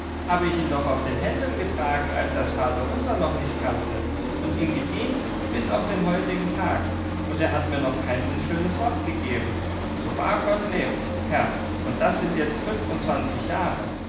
habe ich ihn doch auf den händen getragen als er's vaterunser noch nicht kannte und ihm gedient bis auf den heutigen tag und er hat mir noch kein unschönes wort gegeben so wahr gott lebt herr und das sind jetzt fünfundzwanzig jahre